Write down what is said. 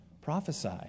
Prophesy